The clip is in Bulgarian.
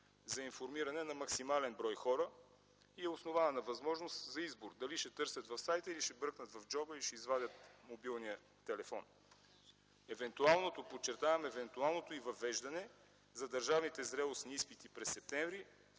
за информиране на максимален брой хора. Основана е на възможност за избор – дали ще търсят в сайта, или ще бръкнат в джоба си и ще извадят мобилния си телефон. Подчертавам, евентуалното й въвеждане за държавните зрелостни изпити през м. септември